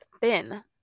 thin